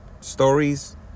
stories